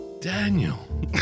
Daniel